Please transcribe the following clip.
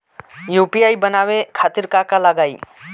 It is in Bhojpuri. यू.पी.आई बनावे खातिर का का लगाई?